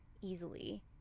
easily